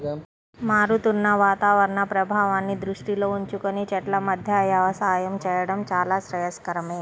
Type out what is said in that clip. మారుతున్న వాతావరణ ప్రభావాన్ని దృష్టిలో ఉంచుకొని చెట్ల మధ్య వ్యవసాయం చేయడం చాలా శ్రేయస్కరమే